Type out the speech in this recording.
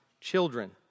children